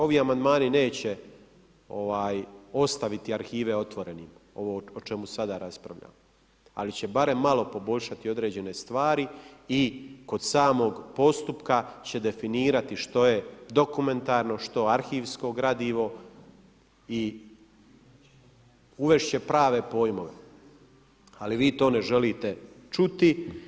Ovi amandmani neće ostaviti arhive otvorenima, ovo o čemu sada raspravljamo, ali će barem malo poboljšati određene stvari i kod samog postupka će definirati što je dokumentarno, što arhivsko gradivo i uvest će prave pojmove, ali vi to ne želite čuti.